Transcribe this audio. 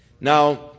Now